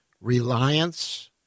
Reliance